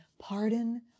pardon